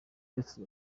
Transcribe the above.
ndetse